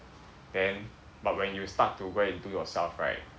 then but when you start to wear into yourself right